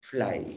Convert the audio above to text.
Fly